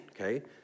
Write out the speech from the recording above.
okay